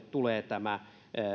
tulee tämä